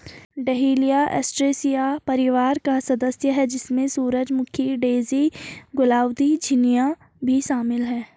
dahlia Asteraceae परिवार का सदस्य है, जिसमें सूरजमुखी, डेज़ी, गुलदाउदी, झिननिया भी शामिल है